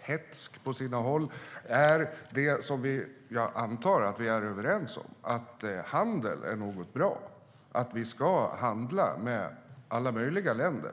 hätsk på sina håll, är det som jag antar att vi är överens om: Handel är något bra. Vi ska handla med alla möjliga länder.